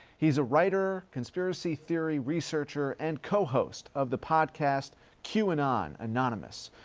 he's a writer, conspiracy theory researcher and co-host of the podcast qanon anonymous,